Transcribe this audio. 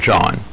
John